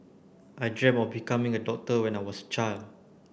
I dreamt of becoming a doctor when I was child